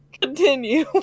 continue